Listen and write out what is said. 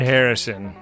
Harrison